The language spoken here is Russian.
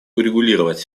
урегулировать